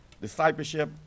discipleship